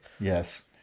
Yes